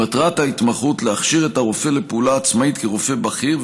מטרת ההתמחות היא להכשיר את הרופא לפעולה עצמאית כרופא בכיר,